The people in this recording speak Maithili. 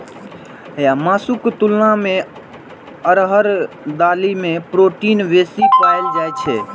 मासुक तुलना मे अरहर दालि मे प्रोटीन बेसी पाएल जाइ छै